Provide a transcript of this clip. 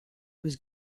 was